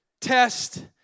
test